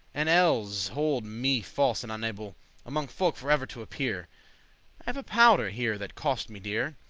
and elles holde me false and unable amonge folk for ever to appear. i have a powder here that cost me dear,